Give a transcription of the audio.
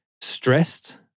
stressed